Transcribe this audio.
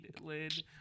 lid